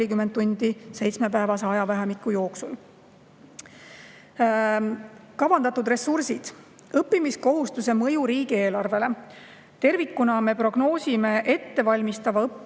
tundi seitsmepäevase ajavahemiku jooksul. Kavandatud ressursid ja õppimiskohustuse mõju riigieelarvele. Tervikuna me prognoosime ettevalmistava õppe